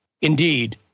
indeed